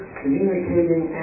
communicating